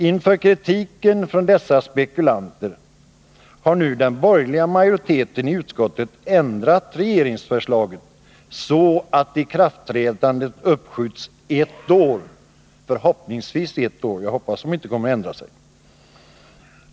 Inför kritiken från dessa spekulanter har nu den borgerliga majoriteten i utskottet ändrat regeringsförslaget, så att ikraftträdandet uppskjuts ett år — om man nu inte ändrar sig.